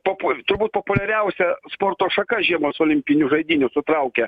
popoj turbūt populiariausia sporto šaka žiemos olimpinių žaidynių sutraukia